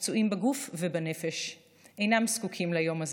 הפצועים בגוף ובנפש אינם זקוקים ליום הזה.